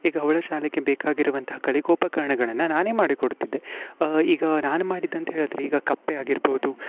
ಈಗ ಅವಳ ಶಾಲೆಗೆ ಬೇಕಾಗಿರುವಂಥ ಕಲೆ ಗೋಪಕರಣಗಳನ್ನು ನಾನೇ ಮಾಡಿ ಕೊಡ್ತಿದ್ದೆ ಈಗ ನಾನು ಮಾಡಿದ್ದಂತ ಹೇಳಿದರೆ ಈಗ ಕಪ್ಪೆ ಆಗಿರ್ಬೋದು